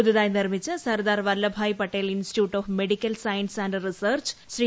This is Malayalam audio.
പുതുതായി നിർമ്മിച്ച Sardar Vallabhbhai Patel institute of medical science and research Shri